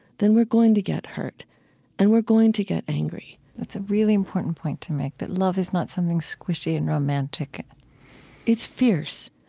then we're going to get hurt and we're going to get angry that's a really important point to make, that love is not something squishy and romantic it's fierce.